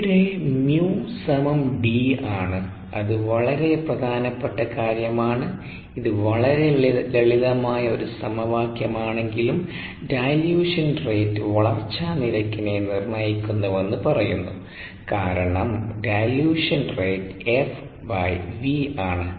ഇവിടെ mu സമം D ആണ് അത് വളരെ പ്രധാനപ്പെട്ട കാര്യമാണ് ഇത് വളരെ ലളിതമായ ഒരു സമവാക്യമാണെങ്കിലും ഡൈലൂഷൻ റേറ്റ് വളർച്ചാ നിരക്കിനെ നിർണ്ണയിക്കുന്നുവെന്ന് പറയുന്നു കാരണം ഡൈലൂഷൻ റേറ്റ് FV ആണ്